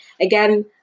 again